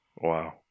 Wow